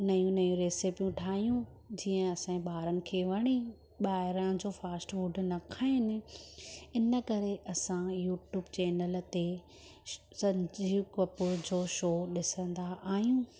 नयूं नयूं रैसिपियूं ठाहियूं जीअं असांजे ॿारनि खे वणे ॿाहिरां जो फास्ट फुड न खाईनि इन करे असां यूट्यूब चैनल ते संजीव कपूर जो शो ॾिसंदा आहियूं